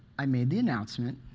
i made the announcement,